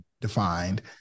defined